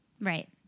Right